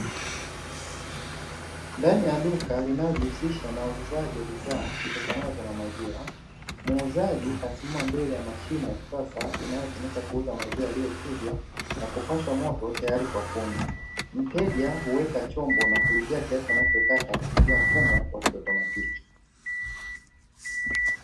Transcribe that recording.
Ndani ya duka linalojihusisha na uuzaji wa bidhaa zitokanazo na maziwa, muuzaji kasimama mbele ya mashine ya kisasa inayotumika kuuza maziwa yaliyochujwa na kupashwa moto tayari kwa kunywa. Mteja huweka chombo na kulipia kiasi anachotaka kupitia mfumo wa kiautomatiki.